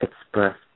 express